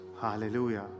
Hallelujah